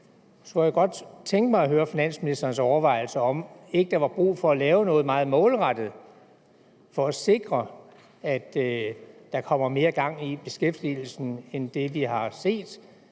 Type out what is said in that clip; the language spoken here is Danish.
kunne jeg godt tænke mig at høre finansministerens overvejelser om, om ikke der var brug for at lave noget meget målrettet for at sikre, at der kommer mere gang i beskæftigelsen end det, vi har set.